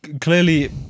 clearly